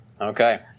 Okay